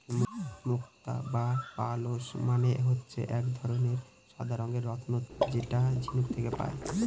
মুক্ত বা পার্লস মানে হচ্ছে এক ধরনের সাদা রঙের রত্ন যেটা ঝিনুক থেকে পায়